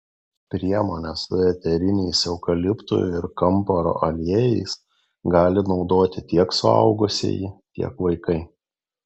priemonę su eteriniais eukaliptų ir kamparo aliejais gali naudoti tiek suaugusieji tiek vaikai